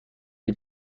این